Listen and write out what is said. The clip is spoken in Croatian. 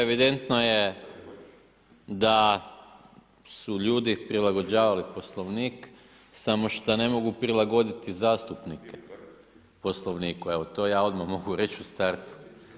Evidentno je da su ljudi prilagođavali Poslovnik samo što ne mogu prilagoditi zastupnike Poslovniku, evo to ja odmah mogu reći u startu.